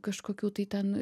kažkokių tai ten